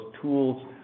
tools